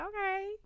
okay